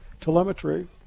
telemetry